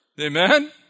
Amen